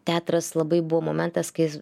teatras labai buvo momentas kai jis